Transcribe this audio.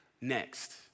next